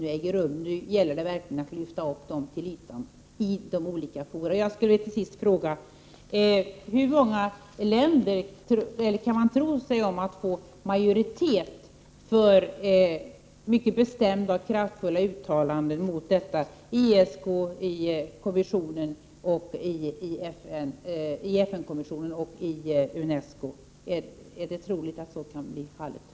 Nu gäller det att verkligen lyfta upp dem till ytan i de olika fora. Jag vill till sist fråga: Hur många länder kan man räkna med ställer sig bakom mycket bestämda och kraftfulla uttalanden i ESK, i FN:s kommission för de mänskliga rättigheterna och i UNESCO?